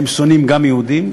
שגם הם שונאים יהודים.